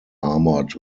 armoured